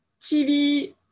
TV